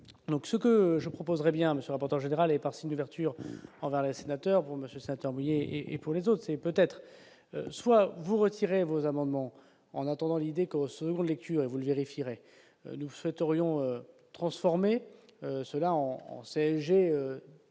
donc ce que je proposerais bien Monsieur rapporteur général et par vertueux envers les sénateurs, vous Monsieur Saint envoyée et pour les autres, c'est peut-être soit vouvoie. Tirez vos amendements en attendant l'idée qu'au second, lecture et vous le vérifierai nous souhaiterions transformer cela en